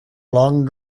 long